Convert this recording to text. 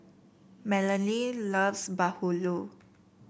Melony loves bahulu